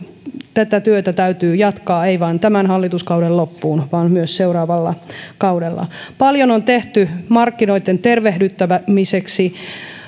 tätä työtä täytyy jatkaa ei vain tämän hallituskauden loppuun vaan myös seuraavalla kaudella paljon on tehty markkinoitten tervehdyttämiseksi